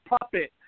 puppet